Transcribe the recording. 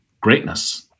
greatness